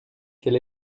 quel